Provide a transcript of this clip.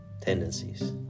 tendencies